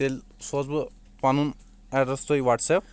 تیٚلہِ سوزٕ بہِ پنُن ایٚڈریس تۄہہِ وَٹس ایپ